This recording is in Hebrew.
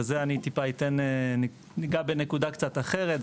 אני טיפה אגע בנקודה קצת אחרת,